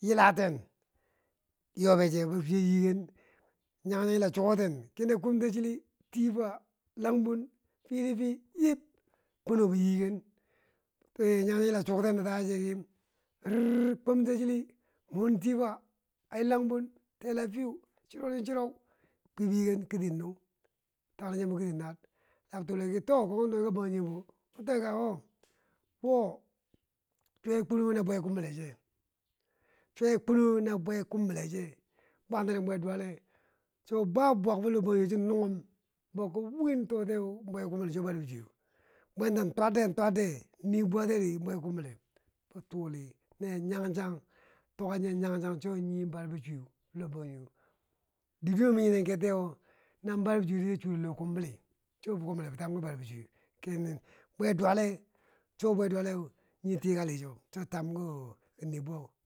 yilaten yo be che, kwi bo yiken nyanchang yila chuku ten, la kumtachili tifa, lanbun fi na fi yib kwenu bo yiken nyanchang yila chukten na taare che e kiwomtachili mun tee fa langbun fib, chru de cheru kwi bo yiken kiro nung, tangnum chiyembo kiriti naar la bituli to komti nuwai ka bangjinge bo ki toi ka ki o o chwaye kwenuwe na bwe kumbile che. chwaye kwenuwe na bwe kumbile che, bwantene, bwedwale, so ba bwak fo lohbangjong cho nunghum bwaak ko win totiye cho nunghum bwaak ko win totiye cho bwekum bile barbichwe, bwenda twatde twatde ri bwekumbile bituli nee nyanchang tuka ye nyanchang so nii bar bi chwe lo banjoge dwene mi yinen kertiye na barbi chwedi man chure lohkumbili cho kumbilebo tamki barbichwe, diye dwene bwedwali cho nii tikali cheu chotamki nii bwa.